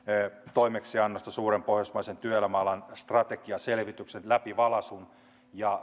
toimeksiannosta suuren pohjoismaisen työelämäalan strategiaselvityksen läpivalaisun ja